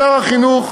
שר החינוך